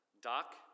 Doc